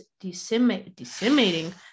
decimating